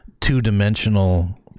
two-dimensional